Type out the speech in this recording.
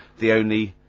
the only